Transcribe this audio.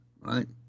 right